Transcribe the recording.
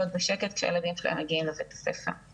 בשקט כשהילדים שלהם מגיעים לבית הספר.